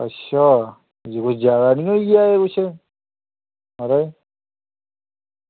अच्छा एह् कोई जादा निं होई गेआ किश महाराज